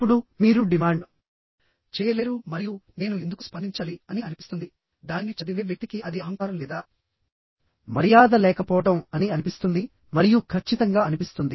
ఇప్పుడు మీరు డిమాండ్ చేయలేరు మరియు నేను ఎందుకు స్పందించాలి అని అనిపిస్తుంది దానిని చదివే వ్యక్తికి అది అహంకారం లేదా మర్యాద లేకపోవడం అని అనిపిస్తుంది మరియు ఖచ్చితంగా అనిపిస్తుంది